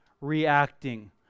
reacting